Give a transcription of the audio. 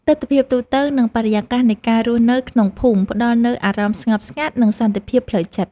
ទិដ្ឋភាពទូទៅ និងបរិយាកាសនៃការរស់នៅក្នុងភូមិផ្ដល់នូវអារម្មណ៍ស្ងប់ស្ងាត់ និងសន្តិភាពផ្លូវចិត្ត។